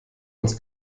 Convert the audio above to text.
uns